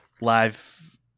Live